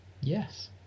Yes